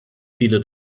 viele